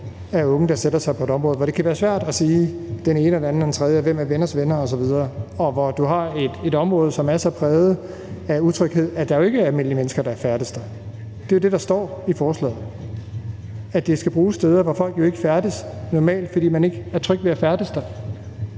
af unge, der sætter sig på et område, hvor det kan være svært at sige, at det er den ene eller den anden eller den tredje, og hvem er venners venner osv.? Og hvor du har et område, som er så præget af utryghed, at der jo ikke er nogen almindelige mennesker, der færdes der. Det er jo det, der står i forslaget, nemlig at det skal bruges steder, hvor folk jo ikke normalt færdes, fordi man ikke er tryg ved at færdes